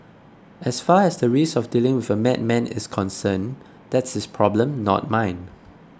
as far as the risk of dealing with a madman is concerned that's his problem not mine